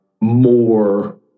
more